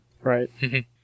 Right